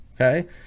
okay